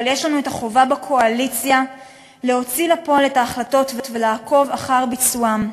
אבל עלינו בקואליציה החובה להוציא לפועל את ההחלטות ולעקוב אחר ביצוען.